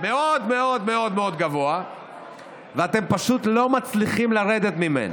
מאוד מאוד מאוד גבוה ואתם פשוט לא מצליחים לרדת ממנו.